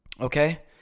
Okay